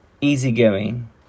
easygoing